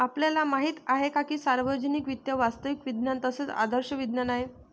आपल्याला माहित आहे की सार्वजनिक वित्त वास्तविक विज्ञान तसेच आदर्श विज्ञान आहे